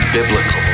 Biblical